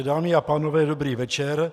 Dámy a pánové, dobrý večer.